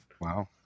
Wow